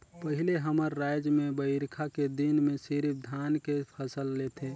पहिले हमर रायज में बईरखा के दिन में सिरिफ धान के फसल लेथे